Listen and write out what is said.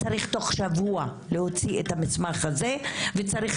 צריך תוך שבוע להוציא את המסמך הזה וצריך